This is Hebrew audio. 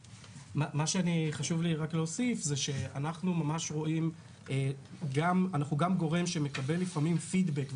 חשוב לי להוסיף שאנחנו גם גורם שמקבל לפעמים פידבק,